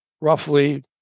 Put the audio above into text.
roughly